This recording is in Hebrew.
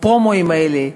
הפרומואים האלה,